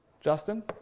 Justin